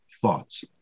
thoughts